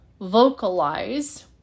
vocalize